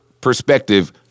perspective